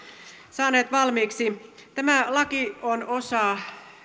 saaneet valmiiksi tämä laki on osa vuoden